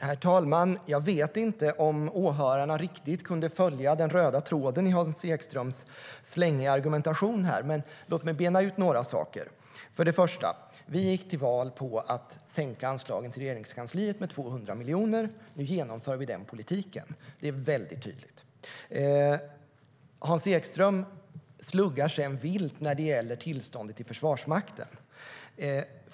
Herr talman! Jag vet inte om åhörarna riktigt kunde följa den röda tråden i Hans Ekströms slängiga argumentation. Låt mig bena ut några saker. Hans Ekström sluggar sedan vilt när det gäller tillståndet i Försvarsmakten.